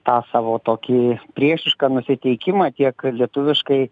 tą savo tokį priešišką nusiteikimą tiek lietuviškai